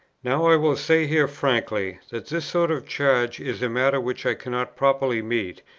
now i will say here frankly, that this sort of charge is a matter which i cannot properly meet,